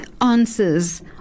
answers